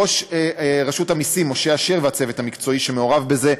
לראש רשות המסים משה אשר ולצוות המקצועי שמעורב בזה,